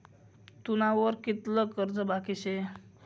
तुना वर कितलं कर्ज बाकी शे